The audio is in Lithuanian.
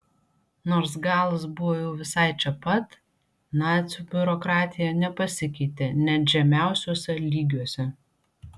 nors galas buvo jau visai čia pat nacių biurokratija nepasikeitė net žemiausiuose lygiuose